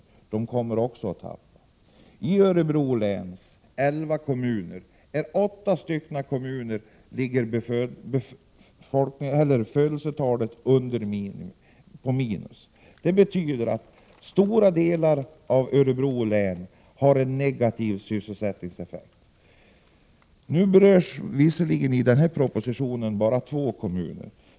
Dessa ungdomar kommer man alltså också att tappa. Av Örebro läns elva kommuner är det åtta kommuner som har ett negativt födelsetal. Det betyder att stora delar av Örebro län har en negativ sysselsättning. Visserligen berörs i den aktuella propositionen endast två kommuner.